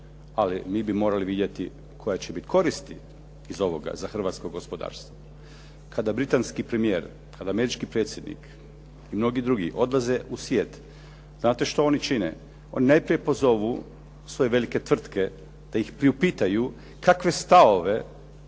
ali mi bi morali vidjeti koje će biti koristi iz ovoga za hrvatsko gospodarstvo. Kada britanski premijer, kada američki predsjednik i mnogi drugi odlaze u svijet, znate što oni čine, oni najprije pozovu sve velike tvrtke da ih priupitaju kakve stavove